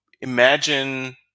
imagine